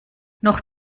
noch